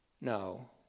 No